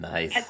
Nice